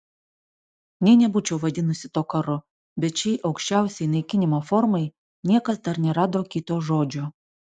nė nebūčiau vadinusi to karu bet šiai aukščiausiai naikinimo formai niekas dar nerado kito žodžio